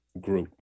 group